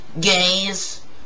gays